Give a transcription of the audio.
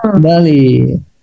Bali